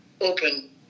open